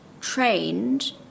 trained